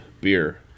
beer